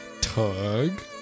tug